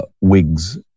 wigs